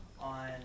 on